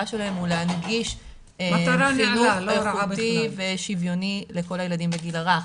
שלהן היא להנגיש חינוך איכותי ושוויוני לכל הילדים בגיל הרך.